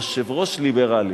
יושב-ראש ליברלי,